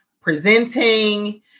presenting